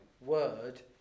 Word